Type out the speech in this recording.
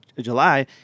July